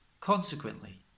Consequently